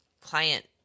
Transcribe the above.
client